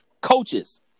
Coaches